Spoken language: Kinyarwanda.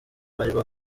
bari